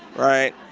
right.